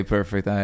Perfect